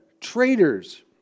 traitors